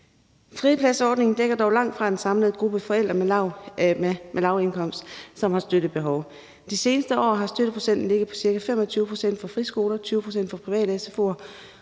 Fripladsordningen dækker dog langtfra den samlede gruppe forældre med lav indkomst, som har støttebehov. De seneste år har støtteprocenten ligget på ca. 25 pct. for friskoler, 20 pct. for private sfo'er